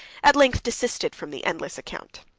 at length desisted from the endless account.